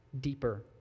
deeper